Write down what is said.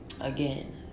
again